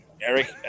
Eric